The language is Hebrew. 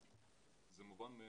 היום זה מובן מאליו.